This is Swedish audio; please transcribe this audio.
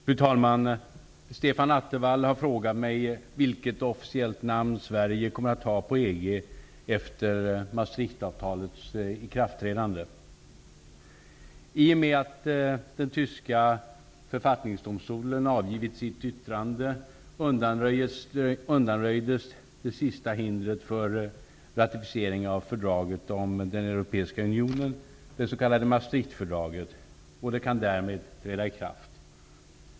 Fru talman! Stefan Attefall har frågat mig vilket officiellt namn Sverige kommer att ha på EG efter I och med att den tyska författningsdomstolen avgivit sitt yttrande undanröjdes det sista hindret för ratificering av fördraget om den europeiska unionen , och det kan därmed träda i kraft.